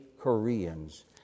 Koreans